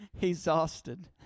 exhausted